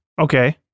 Okay